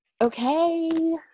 Okay